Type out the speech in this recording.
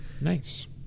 Nice